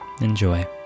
Enjoy